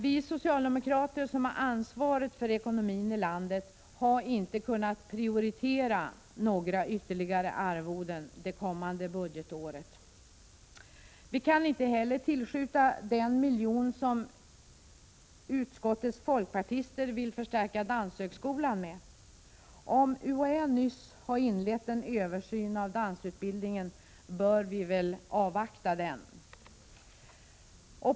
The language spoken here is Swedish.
Vi socialdemokrater, som har ansvaret för ekonomin i landet, har inte kunnat prioritera några ytterligare arvoden det kommande budgetåret. Vi kan inte heller tillskjuta den miljonen kronor som utskottets folkpartister vill förstärka danshögskolan med. Om UHÄ nyss har inlett en översyn av dansutbildningen bör vi väl avvakta den.